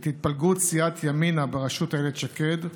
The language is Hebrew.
את התפלגות סיעת ימינה בראשות איילת שקד,